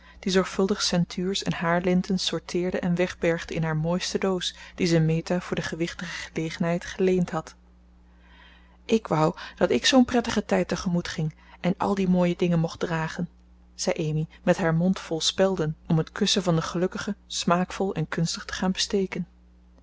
die zorgvuldig ceintuurs en haarlinten sorteerde en wegbergde in haar mooiste doos die ze meta voor de gewichtige gelegenheid geleend had ik wou dat ik zoo'n prettigen tijd te gemoet ging en al die mooie dingen mocht dragen zei amy met haar mond vol spelden om het kussen van de gelukkige smaakvol en kunstig te gaan besteken